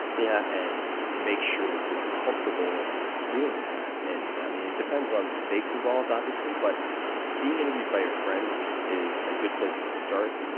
yeah and make sure that you're comfortable doing that. and i mean, it depends on the stakes involved, obviously, but being interviewed by your friends is is a good place to start.